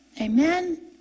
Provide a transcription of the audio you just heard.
Amen